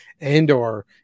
and/or